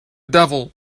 devil